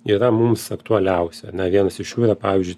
yra mums aktualiausi ar ne vienas iš jų yra pavyzdžiui